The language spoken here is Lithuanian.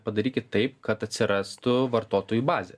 padarykit taip kad atsirastų vartotojų bazė